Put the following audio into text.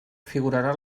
figurarà